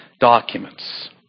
documents